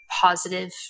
positive